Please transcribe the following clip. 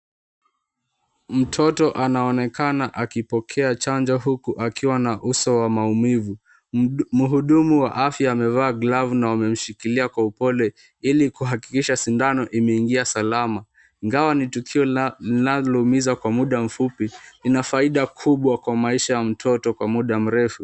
Mtoto anaonekana akipokea chanjo huku akiwa ana uso wa maumivu. Mhudumu wa afya amevaa glavu na amemshikilia kwa upole, ili kuhakikisha sindano imeingia salama. Ingawa ni tukio linalolumiza kwa muda mfupi, lina faida kubwa kwa maisha ya mtoto kwa muda mrefu.